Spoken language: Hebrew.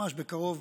ממש בקרוב,